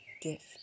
gift